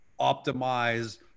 Optimize